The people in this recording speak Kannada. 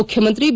ಮುಖ್ಯಮಂತ್ರಿ ಬಿ